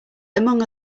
among